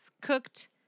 cooked